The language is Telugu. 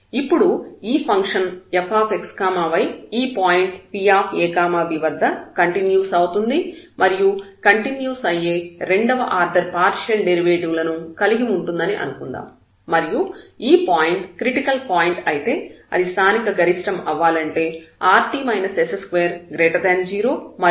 ఇప్పుడు ఈ ఫంక్షన్ fxy ఈ పాయింట్ Pab వద్ద కంటిన్యూస్ అవుతుంది మరియు కంటిన్యూస్ అయ్యే రెండవ ఆర్డర్ పార్షియల్ డెరివేటివ్ లను కలిగి ఉంటుందని అనుకుందాం మరియు ఈ పాయింట్ క్రిటికల్ పాయింట్ అయితే అది స్థానికగరిష్టం అవ్వాలంటే rt s20మరియు r0 అవ్వాలి